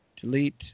Delete